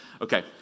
Okay